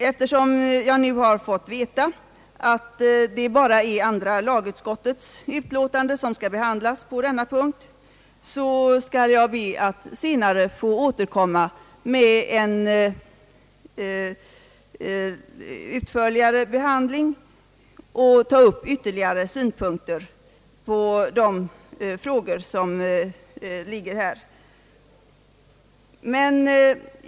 Eftersom jag nu har fått veta att det bara är andra lagutskottets utlåtande som skall behandlas under denna rubrik, skall jag be att senare få återkomma med en utförligare redovisning av ytierligare synpunkter på de frågor som här föreligger.